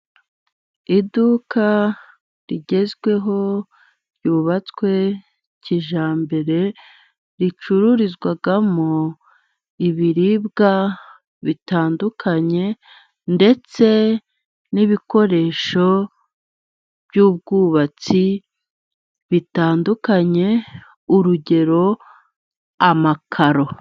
Iduka rigezweho ryubatswe kijyambere, ricururizwamo ibiribwa bitandukanye ndetse n'ibikoresho by'ubwubatsi bitandukanye urugero: amakaro.